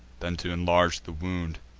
than t' inlarge the wound.